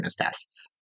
tests